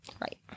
Right